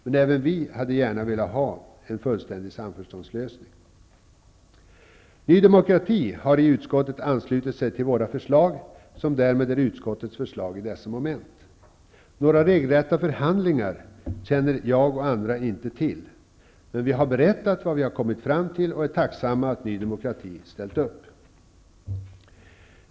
Men även vi hade gärna velat ha en fullständig samförståndslösning. Ny demokrati har i utskottet anslutit sig till våra förslag, som därmed är utskottets förslag under dessa moment. Några regelrätta förhandlingar med Ny demokrati känner jag och andra inte till, men vi har berättat vad vi har kommit fram till och är tacksamma över att Ny demokrati har ställt upp.